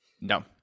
No